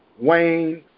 Wayne